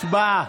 הצבעה.